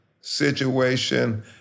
situation